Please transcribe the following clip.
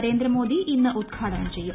നരേന്ദ്രമോദി ഇന്ന് ഉദ്ഘാടനം ചെയ്യും